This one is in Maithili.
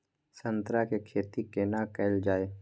संतरा के खेती केना कैल जाय?